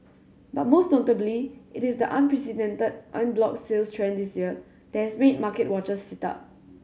but most notably it is the unprecedented en bloc sales trend this year that has made market watchers sit up